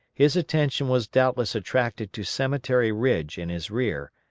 his attention was doubtless attracted to cemetery ridge in his rear,